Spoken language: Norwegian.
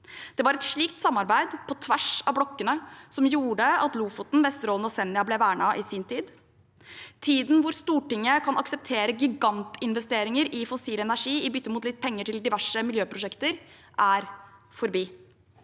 Det var et slikt samarbeid på tvers av blokkene som gjorde at Lofoten, Vesterålen og Senja ble vernet i sin tid. Tiden hvor Stortinget kan akseptere gigantinvesteringer i fossil energi i bytte mot litt mer penger til diverse miljøprosjekter, er forbi.